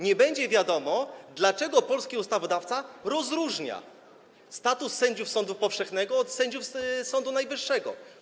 Nie będzie wiadomo, dlaczego polski ustawodawca rozróżnia status sędziów sądu powszechnego od statusu sędziów Sądu Najwyższego.